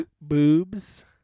boobs